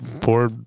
Poor